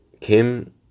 Kim